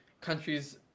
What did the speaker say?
countries